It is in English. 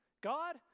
God